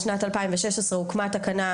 בשנת 2016 הוקמה תקנה,